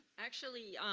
actually,